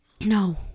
No